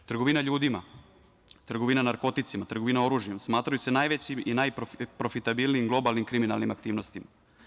Trgovina ljudima, trgovina narkoticima, trgovina oružjem smatraju se najvećim i najprofitabilnijim globalnim kriminalnim aktivnostima.